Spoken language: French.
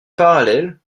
parallèles